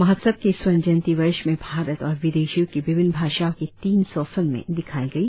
महोत्सव के इस स्वर्ण जयंती वर्ष में भारत और विदेशों की विभिन्न भाषाओं की तीन सौ फिल्में दिखाई गई